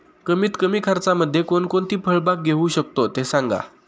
कमीत कमी खर्चामध्ये कोणकोणती फळबाग घेऊ शकतो ते सांगा